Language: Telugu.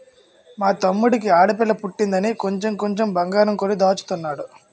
మా తమ్ముడికి ఆడపిల్ల పుట్టిందని కొంచెం కొంచెం బంగారం కొని దాచుతున్నాడు